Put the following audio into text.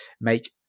make